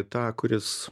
tą kuris